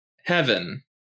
heaven